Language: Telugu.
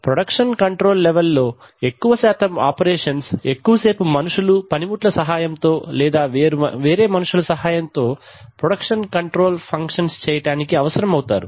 ప్రొడక్షన్ కంట్రోల్ లెవెల్ లో ఎక్కువశాతం ఆపరేషన్స్ ఎక్కువసేపు మనుషులు పనిముట్ల సహాయంతో లేదా వేరే మనుషుల సహాయంతో ప్రొడక్షన్ కంట్రోలర్ ఫంక్షన్స్ చేయటానికి అవసరమవుతారు